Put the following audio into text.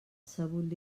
sabut